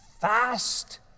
fast